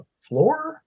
floor